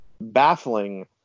baffling